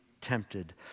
tempted